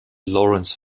laurence